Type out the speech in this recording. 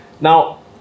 Now